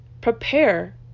prepare